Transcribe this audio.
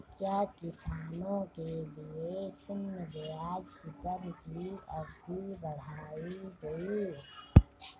क्या किसानों के लिए शून्य ब्याज दर की अवधि बढ़ाई गई?